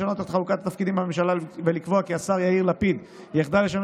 לשנות את חלוקת התפקידים בממשלה ולקבוע כי השר יאיר לפיד יחדל לשמש